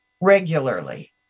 regularly